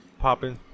popping